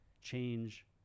change